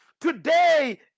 Today